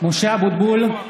מזכיר הכנסת דן מרזוק: